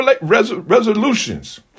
resolutions